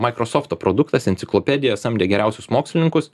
maikrosofto produktas enciklopedijos samdė geriausius mokslininkus